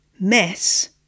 mess